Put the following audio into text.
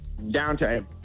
downtime